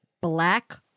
black